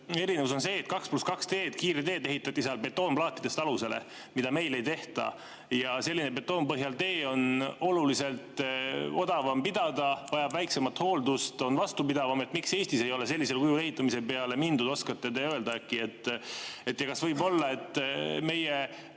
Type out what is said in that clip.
erinevus on see, et 2 + 2 teed, kiirteed, ehitati seal betoonplaatidest alusele, mida meil ei tehta. Selline betoonpõhjal tee on oluliselt odavam pidada, vajab vähem hooldust ja on vastupidavam. Miks Eestis ei ole sellisel kujul ehitamise peale mindud? Oskate te äkki öelda? Kas võib olla, et meie